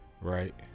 right